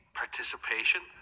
participation